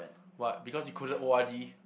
what because you couldn't O_R_D